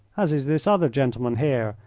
as is this other gentleman here,